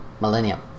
Millennium